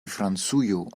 francujo